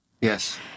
Yes